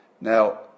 Now